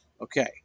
Okay